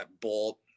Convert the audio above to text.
Bolt